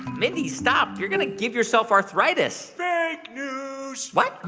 mindy, stop. you're going to give yourself arthritis fake news what?